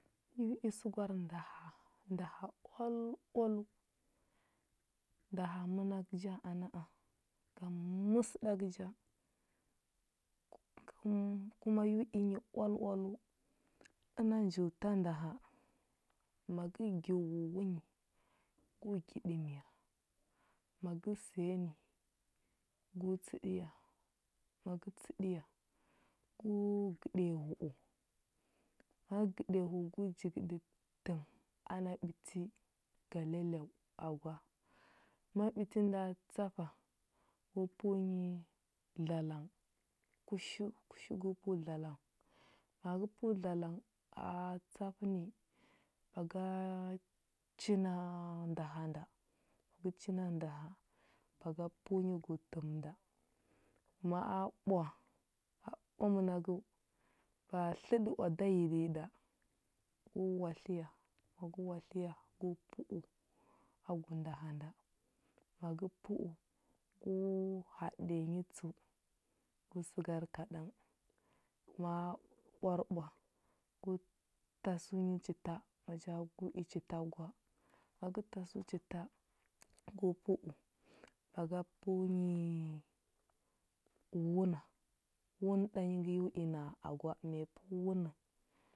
Yo i səgwar ndaha, ndaha oal oaləu. Ndaha mənagə ja a na a. Ngam məsəɗagə ja, kuma yo i nyi oal oaləu. Əna njo ta ndaha ma gə gyo wuwunyi, go gi ɗəmiya, ma gə səya ni, go tsəɗiya, ma gə tsəɗiya, gu gədiya hu u, ma gə gədiya hu u gu jigəɗə təm ana ɓiti galyalyau a gwa. Ma ɓiti nda tsafa, gu pəu nyi dlalang kushu, kush gu pəu dlalang. Ma gə pəu dlalang a tsafə ni, ba ga china ndaha nda, ma gə china ndaha nda ba ga pəu nyi gu təm nda. Ma a ɓwa, a ɓwa mənagəu, ba a tləɗə oada yiɗəyiɗa, gu watliya, ma gə watliya a gu pəu nda na nda ka ndaha. Ma gə pəu, gu haɗiya nyi tsəu, gu səgar kaɗang. Ma a ɓwarɓwa gu tasəu yi chita maja gu i chita gwa, ma gə tasəu chita, gu pəu ba ga pəu nyi wuna, wunə ɗanyi ngə yo i na a agwa, ma yi pəu wuna